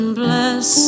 bless